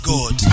God